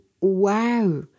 wow